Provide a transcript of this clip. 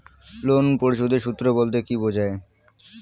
Loan পরিশোধের সূএ বলতে কি বোঝায়?